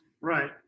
Right